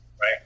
right